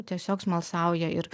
tiesiog smalsauja ir